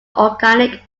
organic